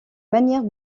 manières